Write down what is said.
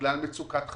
בגלל מצוקת חדרים.